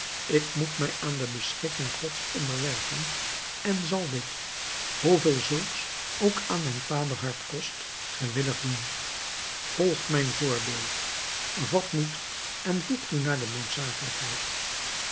ik moet mij aan de beschikking gods onderwerpen en zal dit hoeveel zulks ook aan mijn vaderhart kost gewillig doen volgt mijn voorbeeld vat moed en voegt u naar de noodzakelijkheid